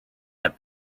have